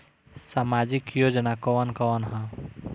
सामाजिक योजना कवन कवन ह?